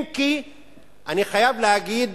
אם כי אני חייב להגיד